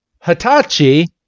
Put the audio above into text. Hitachi